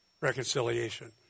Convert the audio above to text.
reconciliation